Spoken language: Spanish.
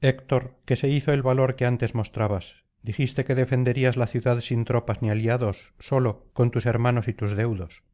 héctor qué se hizo el valor que antes mostrabas dijiste que defenderías la ciudad sin tropas ni aliados solo con tus hermanos y tus deudos